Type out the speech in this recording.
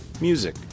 music